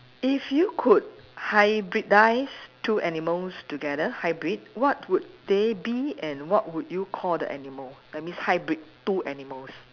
if you could hybridize two animals together hybrid what would they be and what would you call the animal that means hybrid two animals